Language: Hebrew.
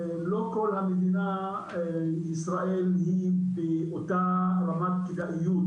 לא כל מדינת ישראל היא באותה רמת כדאיות